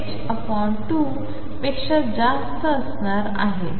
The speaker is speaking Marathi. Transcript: पेक्षा जास्त असणार आहेत